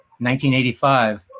1985